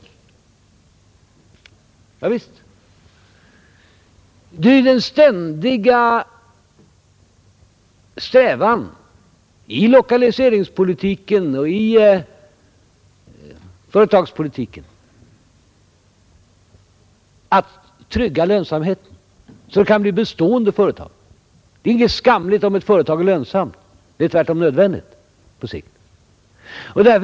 Ja visst, det är ju den ständiga strävan i lokaliseringspolitiken och i företagspolitiken att trygga lönsamheten så att företagen kan bli bestående. Det är inget skamligt om ett företag är lönsamt — det är tvärtom nödvändigt på sikt.